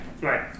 Right